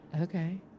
Okay